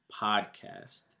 Podcast